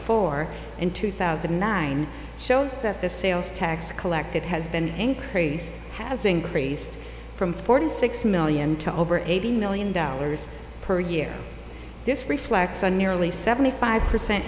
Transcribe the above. four and two thousand and nine that the sales tax collected has been increased has increased from forty six million to over eighty million dollars per year this reflects a nearly seventy five percent